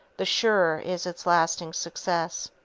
the surer is its lasting success.